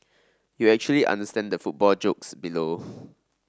you actually understand the football jokes below